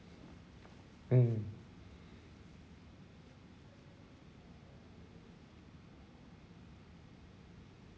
mm